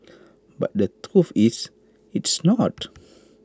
but the truth is it's not